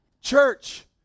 Church